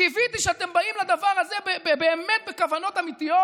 קיוויתי שאתם באים לדבר הזה באמת בכוונות אמיתיות.